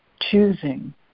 choosing